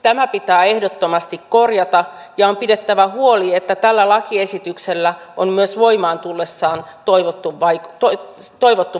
tämä pitää ehdottomasti korjata ja on pidettävä huoli että tällä lakiesityksellä on myös voimaan tullessaan toivottu vaikutus tähän